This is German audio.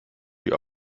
die